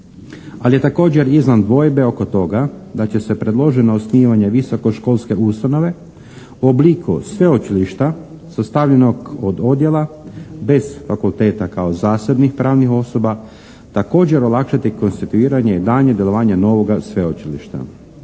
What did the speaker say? Ali je također izvan dvojbe oko toga da će se predloženo osnivanje visokoškolske ustanove u obliku sveučilišta sastavljenog od odjela bez fakulteta kao zasebnih pravnih osoba također olakšati konstituiranje i daljnje djelovanje novoga sveučilišta.